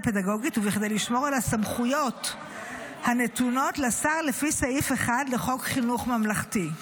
הפדגוגית וכדי לשמור על הסמכויות הנתונות לשר לפי סעיף 1 לחוק חינוך ממלכתי.